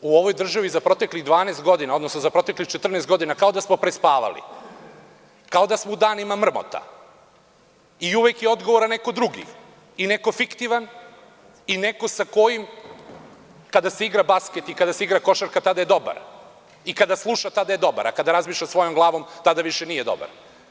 U ovoj državi za proteklih 12 godina, odnosno za proteklih 14 godina kao da smo prespavali, kao da smo u danima mrmota i uvek je odgovoran neko drugi i neko fiktivan i neko sa kojim kada se igra basket i kada se igra košarka, tada je dobar i kada sluša, tada je dobar, a kada razmišlja svojom glavom, tada više nije dobar.